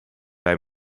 bij